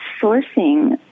sourcing